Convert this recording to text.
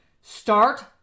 Start